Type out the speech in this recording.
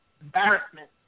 embarrassment